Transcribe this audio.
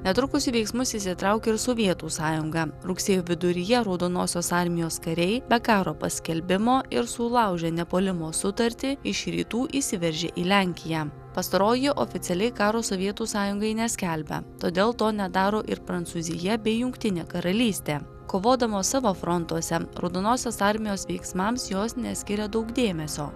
netrukus veiksmus įsitraukė ir sovietų sąjunga rugsėjo viduryje raudonosios armijos kariai be karo paskelbimo ir sulaužė nepuolimo sutartį iš rytų įsiveržė į lenkiją pastaroji oficialiai karo sovietų sąjungai neskelbia todėl to nedaro ir prancūzija bei jungtinė karalystė kovodamos savo frontuose raudonosios armijos veiksmams jos neskiria daug dėmesio